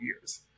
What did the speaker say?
years